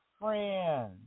friend